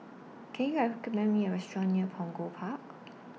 Can YOU recommend Me A Restaurant near Punggol Park